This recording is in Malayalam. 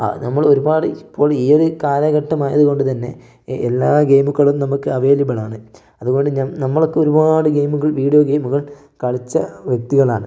നമ്മൾ ഒരുപാട് ഇപ്പോൾ ഈ ഒരു കാലഘട്ടമായത് കൊണ്ട്തന്നെ എല്ലാ ഗെയിമുകളും നമുക്ക് അവൈലബിളാണ് അത്കൊണ്ട് നമ്മളൊക്കെ ഒരുപാട് ഗെയിമുകൾ വീഡിയോ ഗെയിമുകൾ കളിച്ച വ്യക്തികളാണ്